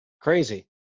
crazy